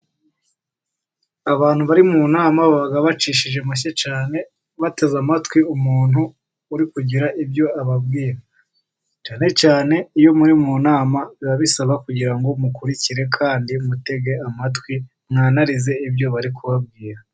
Abantu bari mu nama baba bacishije make cyane, bateze amatwi umuntu, uri kugira ibyo ababwira, cyane cyane iyo muri mu nama birababisaba kugira ngo mukurikire kandi mutege amatwi, mwanarize ibyo bari kubabwira.